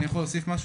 אני מבקש להוסיף,